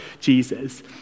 Jesus